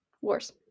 wars